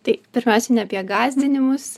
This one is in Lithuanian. tai pirmiausia ne apie gąsdinimus